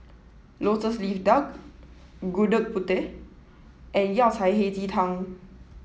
Lotus Leaf Duck Gudeg Putih and Yao Cai Hei Ji Tang